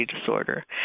disorder